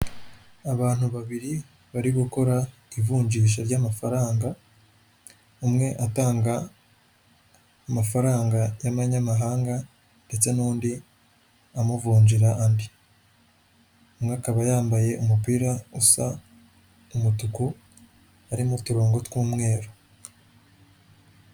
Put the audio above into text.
Abantu babiri bari gukora ivunjisha ry'amafaranga, umwe atanga amafaranga y'abanyamahanga ndetse n'undi amuvunjira andi, umwe akaba yambaye umupira usa umutuku harimo uturongo tw'umweru.